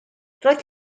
roedd